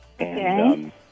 Okay